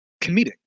comedic